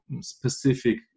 specific